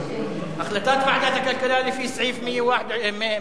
החלטת ועדת הכלכלה לפי סעיף 121